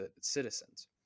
citizens